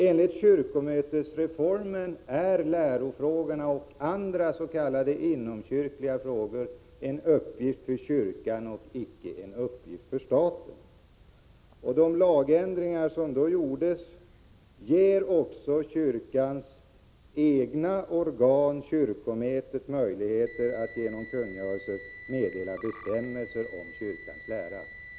Enligt kyrkomötesreformen är lärofrågorna och andra s.k. inomkyrkliga frågor en uppgift för kyrkan och icke en uppgift för staten. De lagändringar som gjordes i samband med reformen ger också kyrkans eget organ, kyrkomötet, möjlighet att genom kungörelser meddela bestämmelser om kyrkans lära.